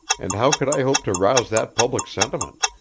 and how could i hope to rouse that public sentiment?